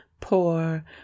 poor